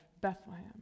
Bethlehem